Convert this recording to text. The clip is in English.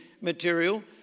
material